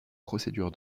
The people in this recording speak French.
procédure